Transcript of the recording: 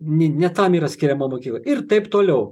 ne ne tam yra skiriama mokykla ir taip toliau